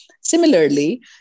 Similarly